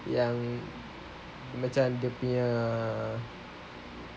yang macam dia punya